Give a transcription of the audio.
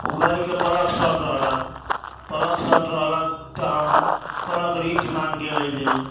ओ गड़ीके plug short रहलक plug short रहलक तऽ हम प्लग रिंज माँगके लयली